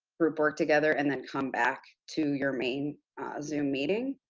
group work together, and then come back to your main zoom meeting.